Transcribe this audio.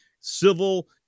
civil